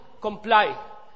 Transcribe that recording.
comply